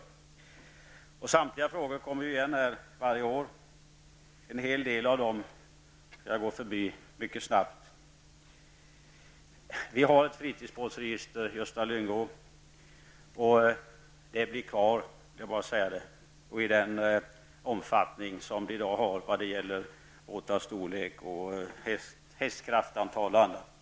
Samtliga dessa frågor kommer igen här varje år; en hel del av dem skall jag gå förbi mycket snabbt. Vi har ett fritidsbåtsregister, Gösta Lyngå. Jag vill bara säga att det blir kvar i den omfattning vi i dag har vad gäller båtars storlek, antal hästkrafter osv.